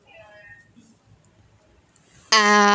uh